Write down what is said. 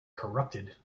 corrupted